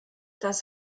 das